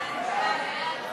סעיף 1